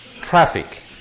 traffic